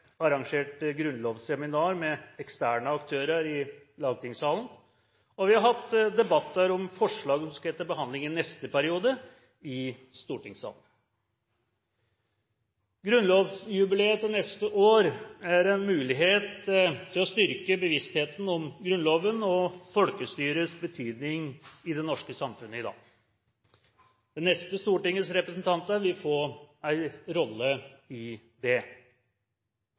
arrangert grunnlovsseminar med eksterne aktører i lagtingssalen, og vi har hatt debatter om forslag vi skal ha til behandling i neste periode, i stortingssalen. Grunnlovsjubileet til neste år er en mulighet til å styrke bevisstheten om Grunnloven og folkestyrets betydning i det norske samfunnet i dag. Det neste stortings representanter vil få en rolle i det.